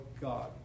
God